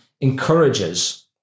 encourages